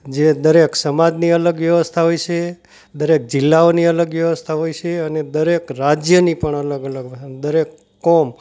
જે દરેક સમાજની અલગ વ્યવસ્થા હોય છે દરેક જિલ્લાઓની અલગ વ્યવસ્થા હોય છે અને દરેક રાજ્યની પણ અલગ અલગ દરેક કોમ